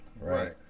Right